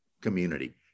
community